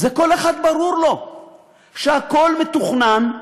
לכל אחד ברור שהכול מתכונן,